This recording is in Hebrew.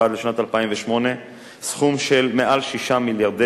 ועד לשנת 2008 סכום של מעל ל-6 מיליארדי